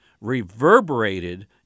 reverberated